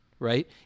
Right